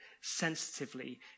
sensitively